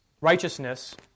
righteousness